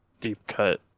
deep-cut